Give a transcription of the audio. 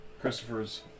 Christopher's